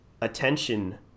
attention